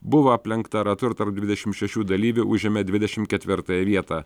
buvo aplenkta ratu ir tarpdvidešimt šešių dalyvių užėmėdvidešimt ketvirtąją vietą